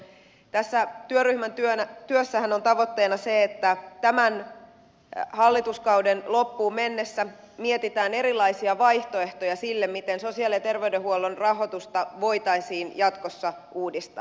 tässä työryhmän työssähän on tavoitteena se että tämän hallituskauden loppuun mennessä mietitään erilaisia vaihtoehtoja sille miten sosiaali ja terveydenhuollon rahoitusta voitaisiin jatkossa uudistaa